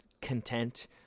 content